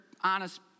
honest